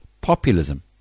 populism